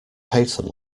patent